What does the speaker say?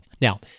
Now